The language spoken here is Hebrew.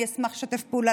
אני אשמח לשתף פעולה,